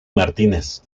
martínez